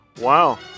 Wow